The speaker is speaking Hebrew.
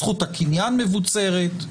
זכות הקניין מבוצרת,